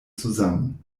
zusammen